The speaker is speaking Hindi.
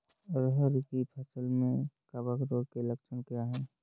अरहर की फसल में कवक रोग के लक्षण क्या है?